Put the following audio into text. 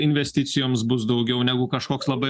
investicijoms bus daugiau negu kažkoks labai